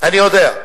אני יודע,